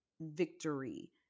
victory